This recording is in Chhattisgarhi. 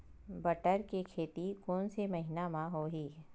बटर के खेती कोन से महिना म होही?